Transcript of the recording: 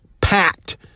packed